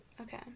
Okay